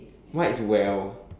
what is well